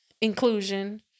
inclusion